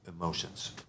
emotions